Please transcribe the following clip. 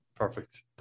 Perfect